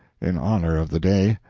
in honor of the day.